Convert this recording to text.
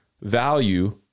value